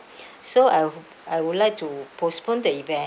so I I would like to postpone the event